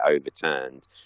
overturned